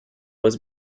was